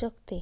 शकते